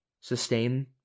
sustain